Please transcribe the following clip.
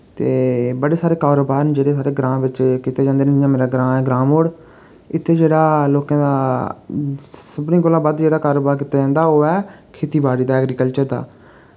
ते बड़े सारे कारोबार न जेह्ड़े साढ़े बिच कीते जंदे न जि'यां मेरा ग्रां ऐ ग्रां मोड़ इत्थै जेह्ड़ा लोकें दा सभनें कोला बद्ध जेह्ड़ा कारोबार कीता जंदा ओह् ऐ खेती बाड़ी दा ऐगरीकल्चर दा